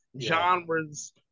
genres